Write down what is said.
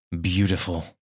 Beautiful